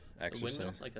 exercise